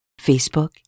Facebook